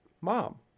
mom